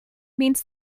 means